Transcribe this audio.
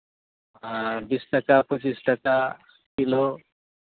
ᱟᱨ ᱵᱤᱥ ᱴᱟᱠᱟ ᱯᱚᱸᱪᱤᱥ ᱴᱟᱠᱟ ᱠᱤᱞᱳ